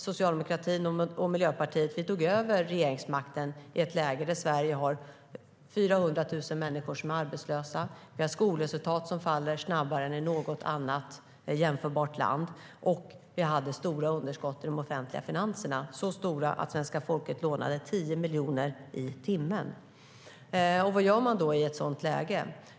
Socialdemokraterna och Miljöpartiet tog över regeringsmakten i ett läge då Sverige hade 400 000 arbetslösa, skolresultat som föll snabbare än i något annat jämförbart land och stora underskott i de offentliga finanserna - så stora att svenska folket lånade 10 miljoner i timmen. Vad gör man i ett sådant läge?